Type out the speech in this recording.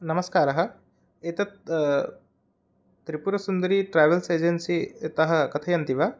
नमस्कारः एतत् त्रिपुरसुन्दरी ट्रावेल्स् एजन्सितः कथयन्ति वा